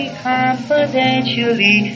confidentially